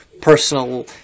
personal